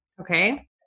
Okay